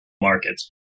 markets